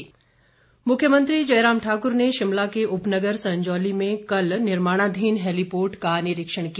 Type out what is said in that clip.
मुख्यमंत्री मुख्यमंत्री जयराम ठाकुर ने शिमला के उपनगर संजौली में कल निर्माणाधीन हैलीपोर्ट का निरीक्षण किया